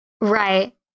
Right